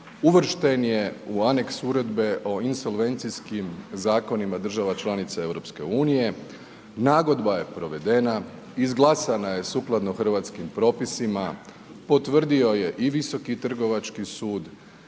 uvršten je u aneks uredbe o insolvencijskim zakonima, državama članica EU, nagodba je provedena, izglasana je sukladno hrvatskim propisima, potvrdio je i Visoki trgovački sud